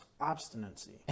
obstinacy